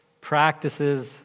practices